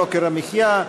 יוקר המחיה,